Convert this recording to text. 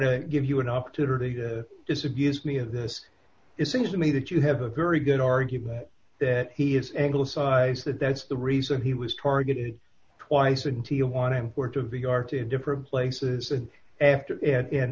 to give you an opportunity to disabuse me of this it seems to me that you have a very good argument that he is angle size that that's the reason he was targeted twice in tijuana imports of the are two different places and after and a